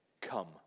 come